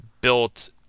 built